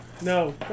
No